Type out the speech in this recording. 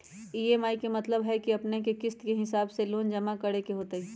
EMI के मतलब है कि अपने के किस्त के हिसाब से लोन जमा करे के होतेई?